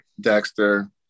Dexter